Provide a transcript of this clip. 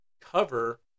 cover